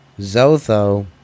Zotho